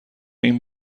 این